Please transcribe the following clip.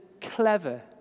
clever